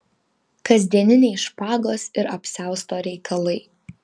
kasdieniniai špagos ir apsiausto reikalai